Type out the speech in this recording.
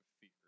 fear